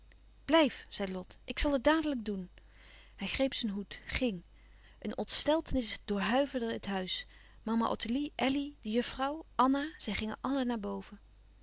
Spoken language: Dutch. zei lot ik zal het dadelijk doen hij greep zijn hoed ging een ontsteltenis doorhuiverde het huis mama ottilie elly de juffrouw anna zij gingen allen naar boven